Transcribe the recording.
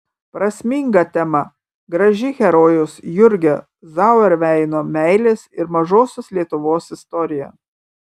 prasminga tema graži herojaus jurgio zauerveino meilės ir mažosios lietuvos istorija